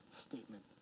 statement